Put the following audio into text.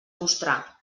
mostrar